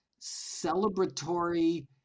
celebratory